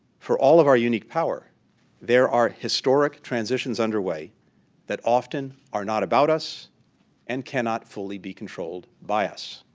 for all of our unique power there are historic transitions underway that often are not about us and cannot fully be controlled by us.